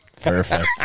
Perfect